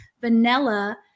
vanilla